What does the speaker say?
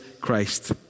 Christ